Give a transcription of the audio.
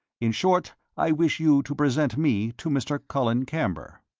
in short, i wish you to present me to mr. colin camber.